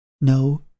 No